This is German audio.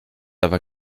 aber